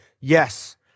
yes